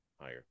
higher